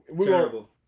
terrible